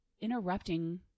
interrupting